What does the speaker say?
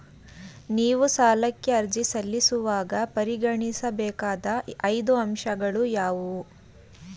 ನೀವು ಸಾಲಕ್ಕೆ ಅರ್ಜಿ ಸಲ್ಲಿಸುವಾಗ ಪರಿಗಣಿಸಬೇಕಾದ ಐದು ಅಂಶಗಳು ಯಾವುವು?